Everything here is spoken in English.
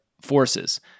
forces